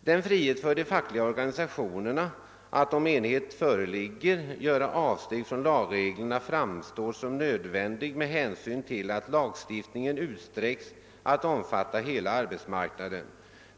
Denna frihet för de fackliga organisationerna att — om enighet därom föreligger — göra avsteg från lagreglerna framstår som nödvändig med hänsyn till att lagstiftningen utsträcks att omfatta hela arbetsmarknaden.